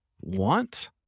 want